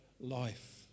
life